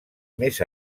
més